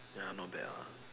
ya not bad ah